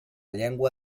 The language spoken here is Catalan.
llengua